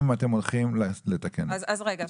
אם אתם הולכים לתקן את זה?